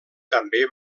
també